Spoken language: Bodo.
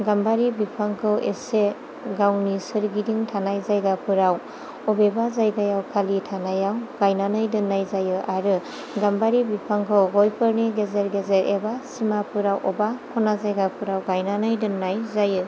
गाम्बारि बिफांखौ एसे गावनि सोरगिदिं थानाय जायगाफोराव अबेबा जायगायाव खालि थानायआव गायनानै दोननाय जायो आरो गाम्बारि बिफांखौ गयफोरनि गेजेर गेजेर एबा सिमाफोराव अबा खना जायगाफोराव गायनानै दोननाय जायो